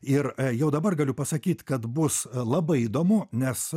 ir jau dabar galiu pasakyt kad bus labai įdomu nes